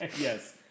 Yes